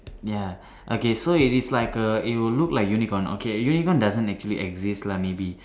ya okay so if it's like a it will look like unicorn okay unicorn doesn't actually exist lah maybe